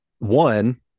One